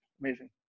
amazing